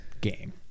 game